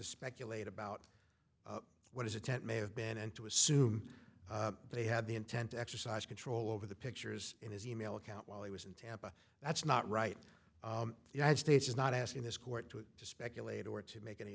speculate about what is a tent may have been and to assume they had the intent to exercise control over the pictures in his e mail account while he was in tampa that's not right the united states is not asking this court to speculate or to make any